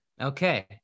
Okay